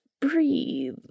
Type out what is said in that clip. breathe